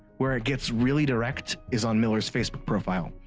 where it gets really direct is on miller's facebook profile,